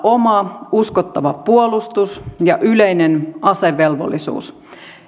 oma uskottava puolustus ja yleinen asevelvollisuus